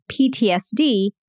PTSD